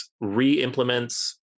re-implements